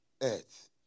earth